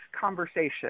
conversation